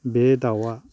बे दाउआ